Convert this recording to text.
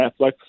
Netflix